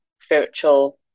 spiritual